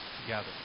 together